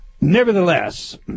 Nevertheless